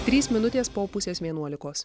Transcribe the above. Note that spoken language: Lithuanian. trys minutės po pusės vienuolikos